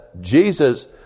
Jesus